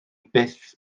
byth